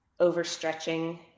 overstretching